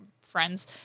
friends